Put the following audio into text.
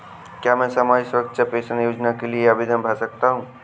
क्या मैं सामाजिक सुरक्षा पेंशन योजना के लिए आवेदन कर सकता हूँ?